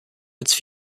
its